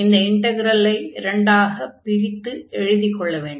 இந்த இன்டக்ரலை இரண்டாகப் பிரித்து எழுதிக் கொள்ள வேண்டும்